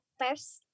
first